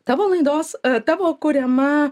tavo laidos tavo kuriama